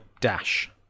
dash